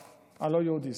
הלא-ערבי.